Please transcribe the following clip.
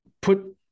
put